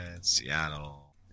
Seattle